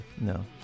No